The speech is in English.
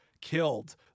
killed